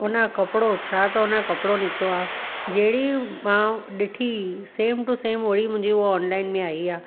उनजो कपिड़ो छा त हुनजो कपिड़ो निकितो आहे जहिड़ी मां ॾिठी सेम टू सेम इहोई मुंहिंजी उहो ऑनलाइन में आइ आहे